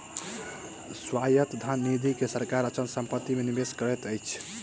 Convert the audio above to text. स्वायत्त धन निधि के सरकार अचल संपत्ति मे निवेश करैत अछि